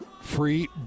free